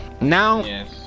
Now